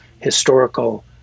historical